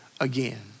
again